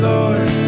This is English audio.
Lord